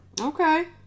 Okay